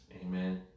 Amen